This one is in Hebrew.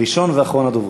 ראשון ואחרון הדוברים.